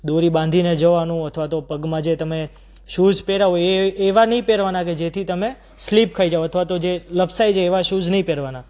દોરી બાંધીને જવાનું અથવા તો પગમાં જે તમે શૂઝ પહેર્યાં હોય એ એવા નહીં પહેરવાનાં કે જેથી તમે સ્લીપ ખાઈ જાવ અથવા તો જે લપસાઈ જાય એવા શૂઝ નહીં પહેરવાનાં